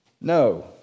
No